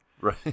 right